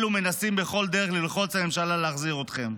אלו מנסים בכל דרך ללחוץ על הממשלה להחזיר אתכם.